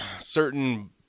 certain